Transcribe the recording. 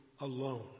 alone